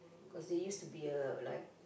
because they used to be a like